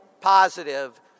positive